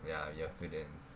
ya we are students